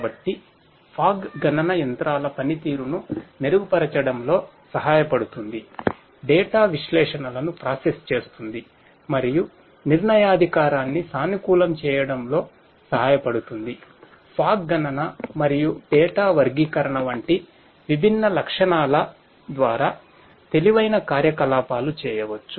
కాబట్టి ఫాగ్ ను వేరు చేయడానికి ప్రయత్నించవచ్చు